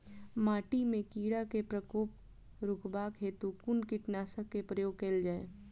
माटि मे कीड़ा केँ प्रकोप रुकबाक हेतु कुन कीटनासक केँ प्रयोग कैल जाय?